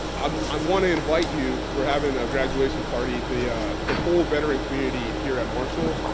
um um wanna invite you, we're having a graduation party. the the whole veteran community here at marshall,